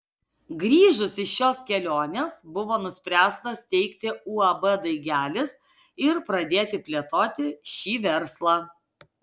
grįžus iš šios kelionės buvo nuspręsta steigti uab daigelis ir pradėti plėtoti šį verslą